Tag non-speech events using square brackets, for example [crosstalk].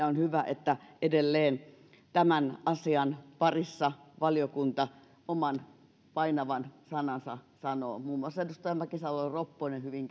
[unintelligible] on hyvä että edelleen tämän asian parissa valiokunta oman painavan sanansa sanoo muun muassa edustaja mäkisalo ropponen hyvin [unintelligible]